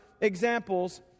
examples